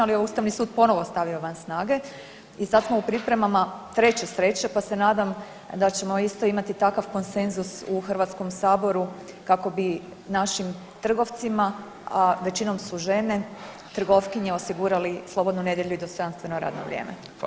Ali je Ustavni sud ponovno stavio van snage i sad smo u pripremama treće sreće, pa se nadam da ćemo isto imati takav konsenzus u Hrvatskom saboru kako bi našim trgovcima, a većinom su žene trgovkinje osigurali slobodnu nedjelju i dostojanstveno radno vrijeme.